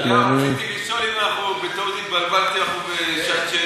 רציתי לשאול אם בטעות התבלבלתי ואנחנו בשעת שאלות.